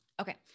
Okay